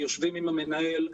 יושבים עם המנהל,